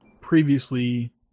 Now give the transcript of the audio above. previously